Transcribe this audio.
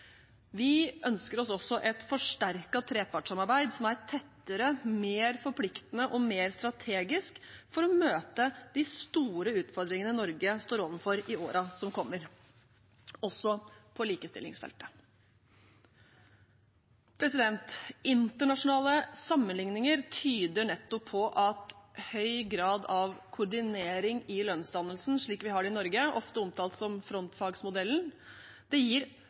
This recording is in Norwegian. Vi ønsker oss også et forsterket trepartssamarbeid, som er tettere, mer forpliktende og mer strategisk for å møte de store utfordringene Norge står overfor i årene som kommer, også på likestillingsfeltet. Internasjonale sammenlikninger tyder nettopp på at høy grad av koordinering i lønnsdannelsen, slik vi har det i Norge, ofte omtalt som frontfagsmodellen, gir høyere sysselsetting, lavere ledighet og mindre lønnsforskjeller enn det